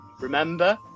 Remember